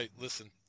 Listen